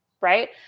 right